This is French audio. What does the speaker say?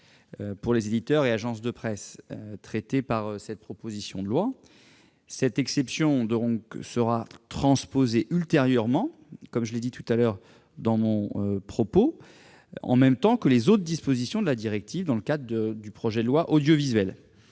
pour les éditeurs et agences de presse visés par cette proposition de loi. Cette exception sera transposée ultérieurement, je l'indiquais dans mon propos liminaire, en même temps que les autres dispositions de la directive, dans le cadre du projet de loi relatif